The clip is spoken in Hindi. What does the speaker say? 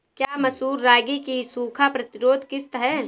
क्या मसूर रागी की सूखा प्रतिरोध किश्त है?